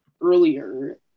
earlier